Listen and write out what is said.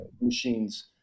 machines